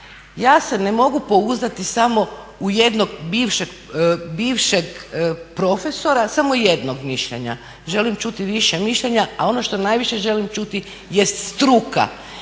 Ja se ne mogu pouzdati samo u jednog bivšeg profesora, samo jednog mišljenja. Želim čuti više mišljenja, a ono što najviše želim čuti jest struka.